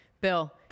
Bill